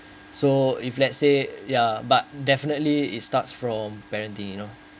so if let's say ya but definitely it starts from parenting you know